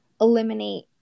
eliminate